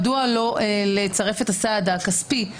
מדוע לא לצרף את הסעד הכספי?